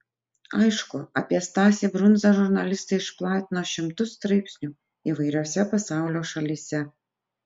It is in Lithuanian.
aišku apie stasį brundzą žurnalistai išplatino šimtus straipsnių įvairiose pasaulio šalyse